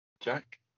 jack